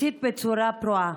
הסית בצורה פרועה.